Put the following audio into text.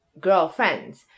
girlfriends